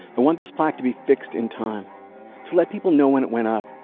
i want this plaque to be fixed in time to let people know when it went up,